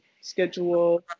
Schedule